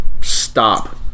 stop